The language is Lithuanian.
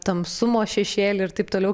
tamsumo šešėlį ir taip toliau